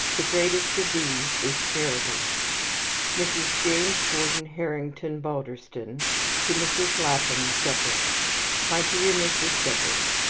the greatest of these is charity mrs. james gordon harrington balderston to mrs. lapham shepherd my dear mrs. shepherd,